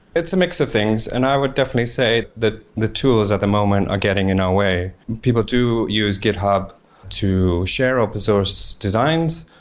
it's a mix of things, and i would definitely say that the tools at the moment are getting in our way people do use github to share open source designs,